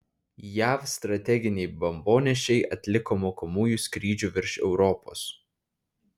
jav strateginiai bombonešiai atliko mokomųjų skrydžių virš europos